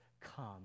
come